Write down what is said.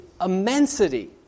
immensity